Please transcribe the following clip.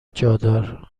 جادار